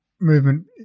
movement